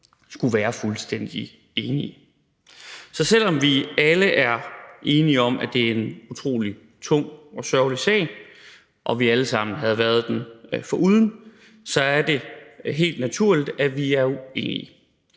skulle være fuldstændig enig. Så selv om vi alle er enige om, at det er en utrolig tung og sørgelig sag og vi alle sammen helst havde været den foruden, så er det helt naturligt, at vi er uenige.